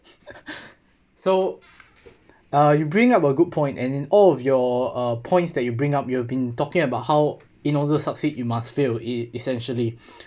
so uh you bring up a good point and in all of your uh points that you bring up you have been talking about how in order to succeed you must fail e~ essentially